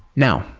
now,